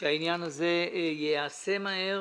שהעניין הזה ייעשה מהר